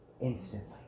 instantly